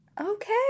Okay